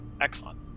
Excellent